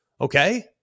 okay